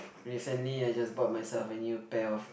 recently I just bought myself a new pair of